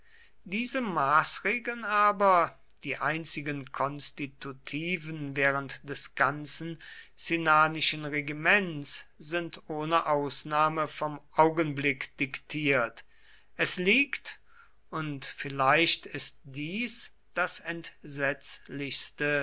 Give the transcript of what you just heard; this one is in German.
diese maßregeln aber die einzigen konstitutiven während des ganzen cinnanischen regiments sind ohne ausnahme vom augenblick diktiert es liegt und vielleicht ist dies das entsetzlichste